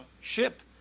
ship